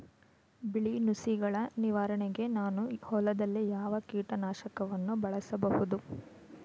ಬಿಳಿ ನುಸಿಗಳ ನಿವಾರಣೆಗೆ ನಾನು ಹೊಲದಲ್ಲಿ ಯಾವ ಕೀಟ ನಾಶಕವನ್ನು ಬಳಸಬಹುದು?